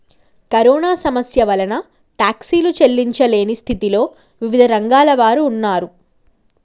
corona సమస్య వలన టాక్సీలు చెల్లించలేని స్థితిలో వివిధ రంగాల వారు ఉన్నారు